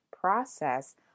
process